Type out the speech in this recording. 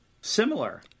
similar